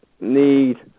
need